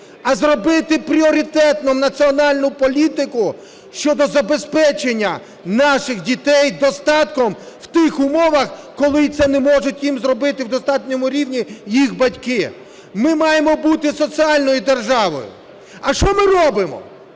а зробити пріоритетною національну політику щодо забезпечення наших дітей достатком в тих умовах, коли цього не можуть їм зробити на достатньому рівні їх батьки. Ми маємо бути соціальною державою. А що ми робимо?